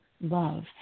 Love